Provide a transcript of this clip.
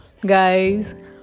guys